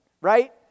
right